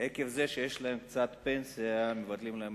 ועקב זה שיש להם קצת פנסיה מבטלים להם